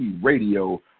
Radio